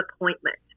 appointment